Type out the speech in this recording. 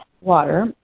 water